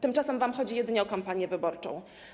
Tymczasem wam chodzi jedynie o kampanię wyborczą.